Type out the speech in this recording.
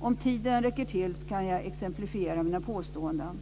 Om tiden räcker till kan jag exemplifiera mina påståenden.